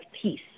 peace